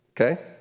okay